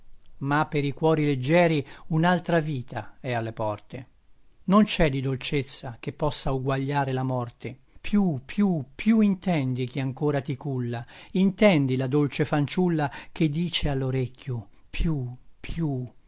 ma per i cuori leggeri un'altra vita è alle porte non c'è di dolcezza che possa uguagliare la morte più più più intendi chi ancora ti culla intendi la dolce fanciulla che dice all'orecchio più più